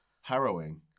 Harrowing